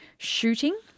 Shooting